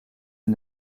een